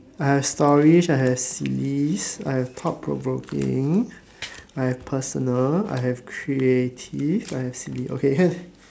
I have stories I have sillies I have thought provoking I have personal I have creative I have silly okay here